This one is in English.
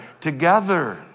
together